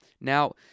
Now